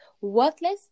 worthless